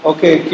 Okay